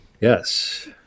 Yes